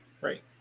Right